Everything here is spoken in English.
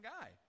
guy